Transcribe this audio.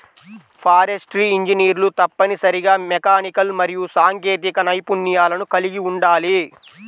forestry ఇంజనీర్లు తప్పనిసరిగా mechanical మరియు సాంకేతిక నైపుణ్యాలను కలిగి ఉండాలి